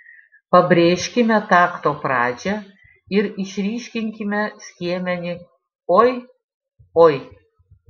pabrėžkime takto pradžią ir išryškinkime skiemenį oi oi